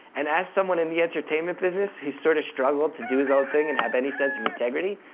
and as someone in the entertainment business who's sort of struggled to do his own thing, and have any sense of integrity,